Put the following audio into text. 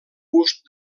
gust